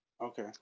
Okay